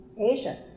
Asia